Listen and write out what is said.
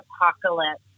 Apocalypse